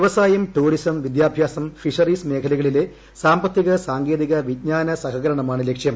വ്യവസായം ടൂറിസം വിദ്യാഭ്യാസം ഫിഷറീസ് മേഖലകളിലെ സാമ്പത്തിക സാങ്കേതിക വിജ്ഞാന സഹകരണമാണ് ലക്ഷ്യം